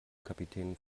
kapitän